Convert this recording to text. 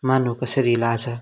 मानौँ कसरी लाज